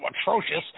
atrocious